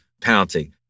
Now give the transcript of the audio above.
penalty